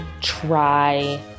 try